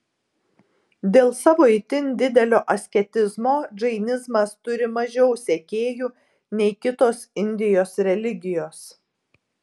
dėl savo itin didelio asketizmo džainizmas turi mažiau sekėjų nei kitos indijos religijos